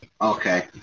Okay